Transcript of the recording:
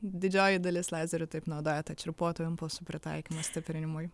didžioji dalis lazerių taip naudoja tą čirpuotų impulsų pritaikymą stiprinimui